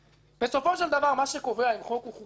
בסופו של דבר מה שקובע אם חוק הוא חוקתי,